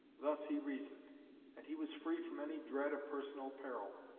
thus he reasoned and he was free from any dread of personal peril.